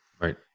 Right